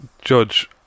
judge